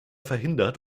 verhindert